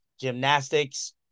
gymnastics